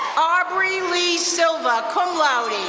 aubrey lee silva, cum laude.